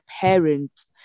parents